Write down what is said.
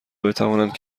بتوانند